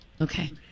Okay